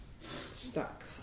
stuck